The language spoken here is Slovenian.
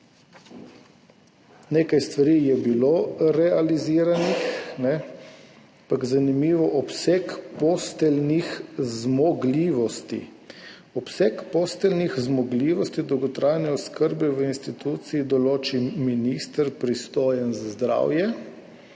Nekaj stvari je bilo realiziranih, ampak zanimiv je obseg posteljnih zmogljivosti. Obseg posteljnih zmogljivosti dolgotrajne oskrbe v instituciji določi minister, pristojen za zdravje,